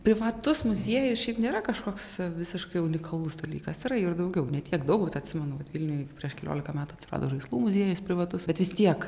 privatus muziejus šiaip nėra kažkoks visiškai unikalus dalykas yra jų ir daugiau ne tiek daug vat atsimenu vat vilniuj prieš keliolika metų atsirado žaislų muziejus privatus bet vis tiek